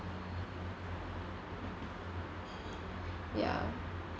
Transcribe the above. ya